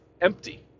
empty